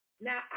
Now